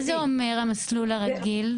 מה זה אומר "המסלול הרגיל"?